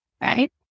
right